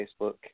Facebook